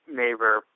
neighbor